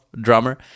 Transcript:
drummer